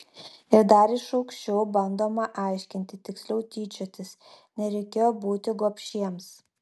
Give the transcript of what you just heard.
ir dar iš aukščiau bandoma aiškinti tiksliau tyčiotis nereikėjo būti gobšiems